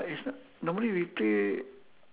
it's not normally we play